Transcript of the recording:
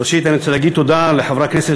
ראשית אני רוצה להגיד תודה לחברי הכנסת